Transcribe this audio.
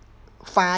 fine